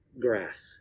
Grass